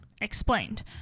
explained